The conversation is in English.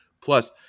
Plus